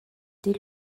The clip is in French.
dès